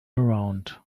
around